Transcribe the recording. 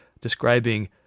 describing